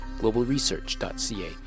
globalresearch.ca